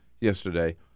yesterday